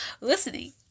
listening